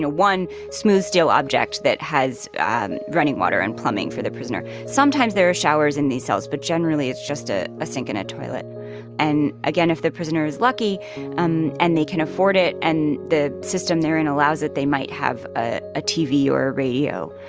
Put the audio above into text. one smooth steel object that has running water and plumbing for the prisoner. sometimes there are showers in these cells, but generally, it's just a a sink and a toilet and, again, if the prisoner is lucky um and they can afford it and the system they're in allows it, they might have a a tv or a radio.